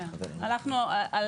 הלכנו על